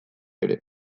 ere